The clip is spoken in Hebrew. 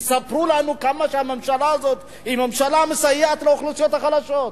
יספרו לנו כמה הממשלה הזאת היא ממשלה שמסייעת לאוכלוסיות החלשות.